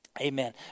amen